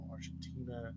Argentina